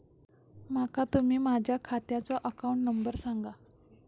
माका तुम्ही माझ्या खात्याचो अकाउंट नंबर सांगा?